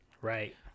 Right